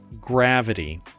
gravity